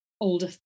older